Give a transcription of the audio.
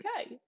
okay